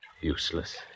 Useless